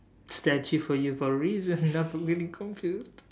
statue for you for a reason not for you to get confused